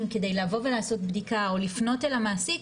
כדי לבוא ולעשות בדיקה או לפנות אל המעסיק,